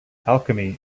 alchemy